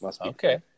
Okay